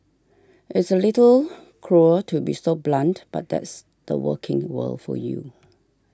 it's a little cruel to be so blunt but that's the working world for you